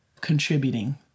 contributing